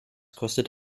kostet